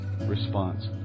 response